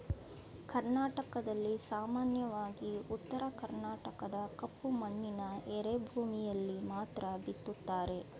ಕರ್ನಾಟಕದಲ್ಲಿ ಸಾಮಾನ್ಯವಾಗಿ ಉತ್ತರ ಕರ್ಣಾಟಕದ ಕಪ್ಪು ಮಣ್ಣಿನ ಎರೆಭೂಮಿಯಲ್ಲಿ ಮಾತ್ರ ಬಿತ್ತುತ್ತಾರೆ